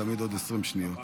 תמיד עוד 20 שניות.